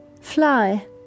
Fly